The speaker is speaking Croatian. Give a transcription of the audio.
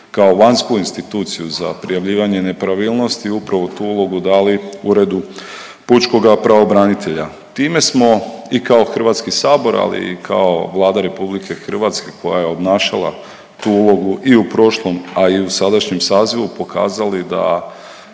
kao vanjsku instituciju za prijavljivanje nepravilnosti upravo tu ulogu dali Uredu pučkoga pravobranitelja. Time smo i kao Hrvatski sabor, ali i kao Vlada RH koja je obnašala tu ulogu i u prošlom, a i u sadašnjem sazivu pokazali da